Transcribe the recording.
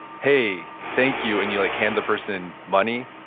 hey, thank you, and you like hand the person money,